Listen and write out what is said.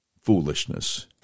foolishness